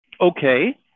okay